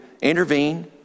intervene